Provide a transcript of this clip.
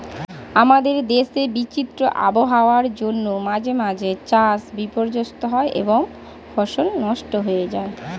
আমাদের দেশে বিচিত্র আবহাওয়ার জন্য মাঝে মাঝে চাষ বিপর্যস্ত হয় এবং ফসল নষ্ট হয়ে যায়